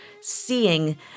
seeing